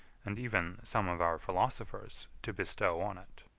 and even some of our philosophers, to bestow on it.